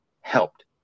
helped